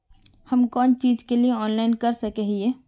हम कोन चीज के लिए ऑनलाइन कर सके हिये?